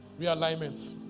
realignment